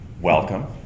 Welcome